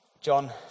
john